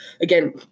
again